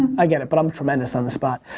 i get it, but i'm tremendous on the spot.